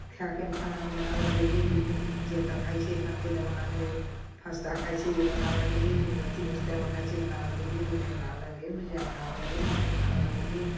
खायके खानामे बनाबय लागलियै धिया पुता खाइत छै एखनके जमानामे ओ फास्ता खाइत छै ओ बनाबऽ लागलियै दू अथी खाइत छै बनाबऽ लगलियै रोटी बनाबऽ लगलियै भुजिया बनाबऽ लगलियै माछ बनाबऽ लगलियै